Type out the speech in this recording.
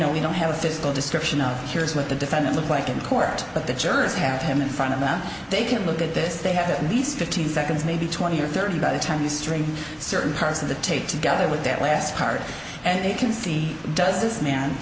know we don't have a physical description of here's what the defendant looks like in court but the jurors have him in front of them they can look at this they have at least fifteen seconds maybe twenty or thirty by the time the string certain parts of the tape together with their last card and they can see does this man